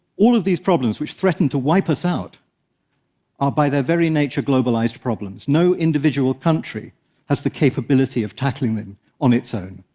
all of these problems which threaten to wipe us out are by their very nature globalized problems. no individual country has the capability of tackling them on its own.